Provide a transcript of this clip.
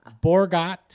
Borgat